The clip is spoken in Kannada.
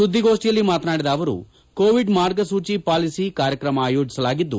ಸುದ್ದಿಗೋಷ್ಠಿಯಲ್ಲಿ ಮಾತನಾಡಿದ ಅವರು ಕೋವಿಡ್ ಮಾರ್ಗಸೂಚಿ ಪಾಲಿಸಿ ಕಾರ್ಯಕ್ರಮ ಆಯೋಜಿಸಲಾಗಿದ್ದು